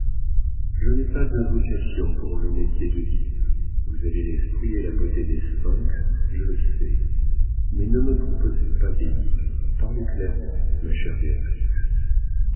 je n'ai pas de vocation pour le métier d'oedipe vous avez l'esprit et la beauté des sphinx je le sais mais ne me proposez pas d'énigmes parlez clairement ma chère